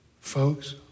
Folks